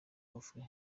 raffles